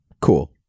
Cool